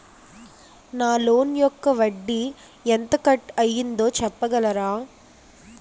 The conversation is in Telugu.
నా లోన్ యెక్క వడ్డీ ఎంత కట్ అయిందో చెప్పగలరా?